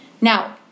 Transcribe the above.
Now